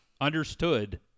understood